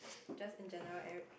just in general ev~